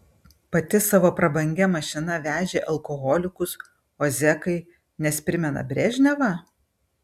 pati savo prabangia mašina vežė alkoholikus o zekai nes primena brežnevą